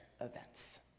events